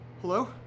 Hello